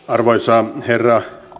arvoisa herra